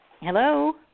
Hello